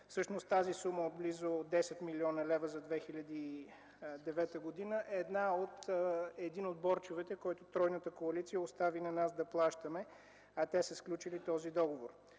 Всъщност тази сума от близо 10 млн. лв. за 2009 г. е един от борчовете, който тройната коалиция остави на нас да плащаме, а те са сключили този договор.